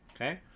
Okay